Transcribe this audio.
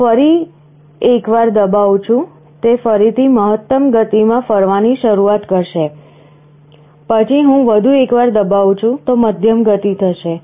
હું ફરી એકવાર દબાવું છું તે ફરીથી મહત્તમ ગતિમાં ફરવાની શરૂ કરશે પછી હું વધુ એકવાર દબાવું છું તો મધ્યમ ગતિ થશે